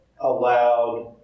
allowed